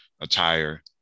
attire